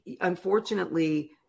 unfortunately